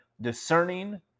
Discerning